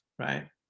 Right